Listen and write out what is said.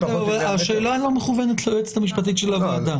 השאלה לא מכוונת ליועצת המשפטית של הוועדה.